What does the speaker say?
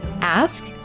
ask